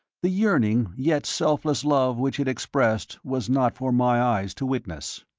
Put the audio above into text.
the yearning yet selfless love which it expressed was not for my eyes to witness.